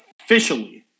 officially